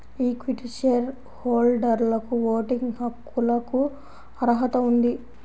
equity share హోల్డర్లకుఓటింగ్ హక్కులకుఅర్హత ఉంది